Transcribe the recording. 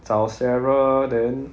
找 sarah then